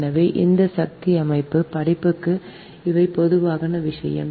எனவே இந்த சக்தி அமைப்பு படிப்புக்கு இவை பொதுவான விஷயம்